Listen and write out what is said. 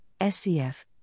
SCF